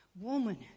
woman